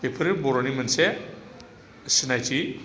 बेफोरो बर'नि मोनसे सिनायथि